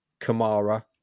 Kamara